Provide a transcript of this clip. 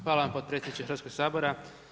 Hvala vam potpredsjedniče Hrvatskog sabora.